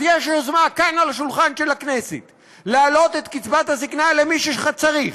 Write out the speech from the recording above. אז יש יוזמה כאן על השולחן של הכנסת להעלות את קצבת הזיקנה למי שצריך,